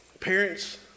Parents